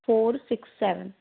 four six seven